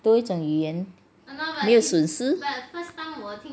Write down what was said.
多一种语言没有损失